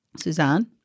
Suzanne